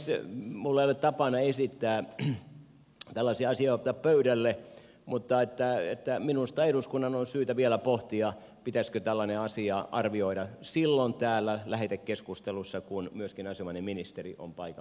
minulla ei ole tapana esittää tällaisia asioita pöydälle mutta minusta eduskunnan on syytä vielä pohtia pitäisikö tällainen asia arvioida silloin täällä lähetekeskustelussa kun myöskin asianomainen ministeri on paikan päällä